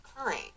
occurring